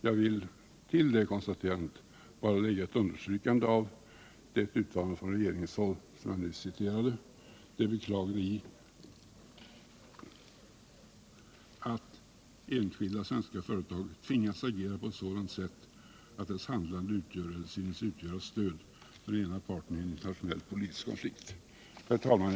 Jag vill till detta konstaterande bara lägga ett understrykande av det uttalande från regeringshåll som jag nyss citerade, det beklagliga i att enskilda svenska företag tvingas agera på ett sådant sätt att deras handlande synes utgöra stöd för den ena parten i en internationell konflikt. Herr talman!